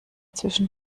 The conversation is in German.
zwischen